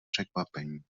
překvapení